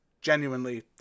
genuinely